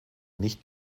nicht